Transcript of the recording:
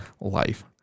life